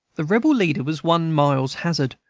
the rebel leader was one miles hazard,